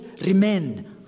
remain